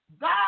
God